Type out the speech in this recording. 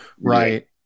right